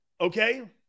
okay